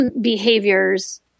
behaviors